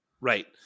Right